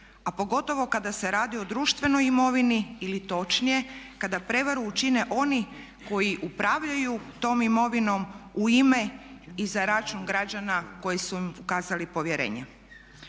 a pogotovo kada se radi o društvenoj imovini ili točnije kada prijevaru učine oni koji upravljaju tom imovinom u ime i za račun građana koji su im ukazali povjerenje.